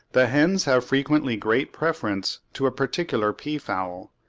the hens have frequently great preference to a particular peafowl.